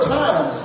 time